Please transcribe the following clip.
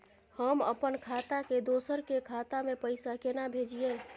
हम अपन खाता से दोसर के खाता में पैसा केना भेजिए?